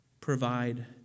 provide